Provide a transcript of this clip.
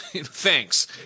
thanks